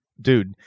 dude